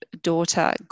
daughter